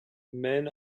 man